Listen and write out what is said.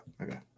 Okay